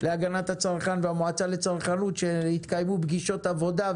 להגנת הצרכן ומן המועצה לצרכנות שהתקיימו פגישות עבודה,